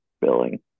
billing